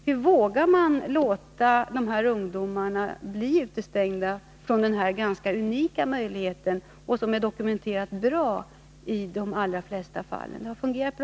Hur vågar man låta ungdomarna utestängas från den här ganska unika möjligheten till utbildning, som är dokumenterat bra i de allra flesta fall?